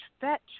fetch